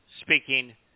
speaking